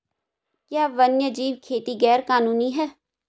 क्या वन्यजीव खेती गैर कानूनी है?